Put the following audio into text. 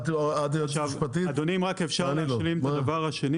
את ממשרד המשפטים?